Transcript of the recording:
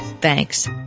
Thanks